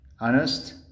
honest